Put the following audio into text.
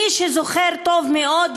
מי שזוכר טוב מאוד,